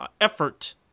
effort